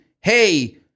hey